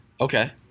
Okay